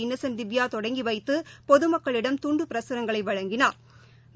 இன்னசென்ட்திவ்யாதொடங்கிவைத்தபொதுமக்களிடம் துண்டுப் பிரசரங்களைவழங்கினாா்